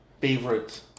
favorite